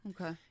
Okay